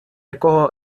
якого